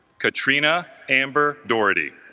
katrina amber doherty